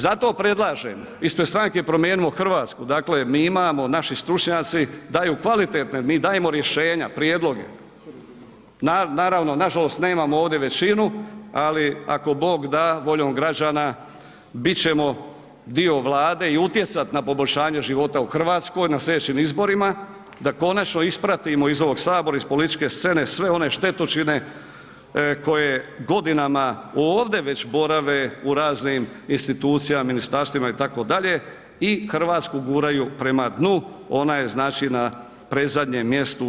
Zato predlažem ispred Stranke Promijenimo Hrvatsku dakle mi imamo, naši stručnjaci daju kvalitetne, mi dajemo rješenja, prijedloge, naravno nažalost nemamo ovdje većinu, ali ako Bog da voljom građana bit ćemo dio Vlade i utjecat na poboljšanje života u Hrvatskoj na slijedećim izborima da konačno ispratimo iz ovog sabora, iz političke scene sve one štetočine koje godinama ovde već borave u raznim institucijama, ministarstvima itd. i Hrvatsku guraju prema dnu, ona je znači na predzadnjem mjestu u EU.